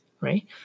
right